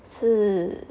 是